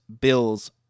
Bills